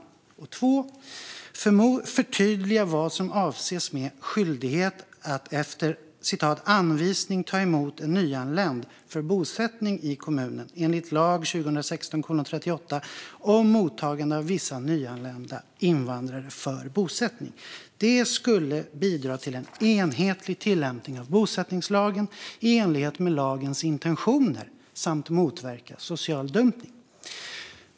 Nummer 2 är att förtydliga vad som avses med skyldighet att efter anvisning ta emot nyanländ för bosättning i kommunen enligt lag 2016:38 om mottagande av vissa nyanlända invandrare för bosättning. Det skulle bidra till en enhetlig tillämpning av bosättningslagen i enlighet med lagens intentioner samt motverka social dumpning.